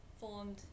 formed